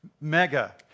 mega